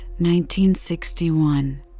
1961